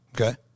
Okay